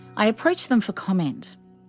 i approach them for comment.